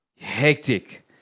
Hectic